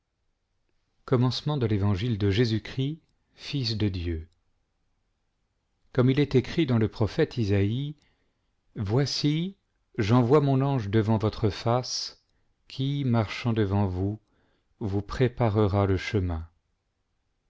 commencement de l'évangile de jésus-christ fils de dieu comme il est écrit dans le prophète isaïe voici j'envoie mon ange devant votre face qui marchant devant vous vous préparera le chemin